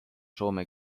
soome